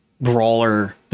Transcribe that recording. brawler